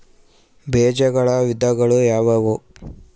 ಬೇಜಗಳ ವಿಧಗಳು ಯಾವುವು?